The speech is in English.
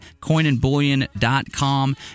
coinandbullion.com